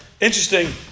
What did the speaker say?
Interesting